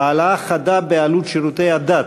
העלאה חדה של עלות שירותי הדת.